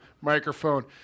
microphone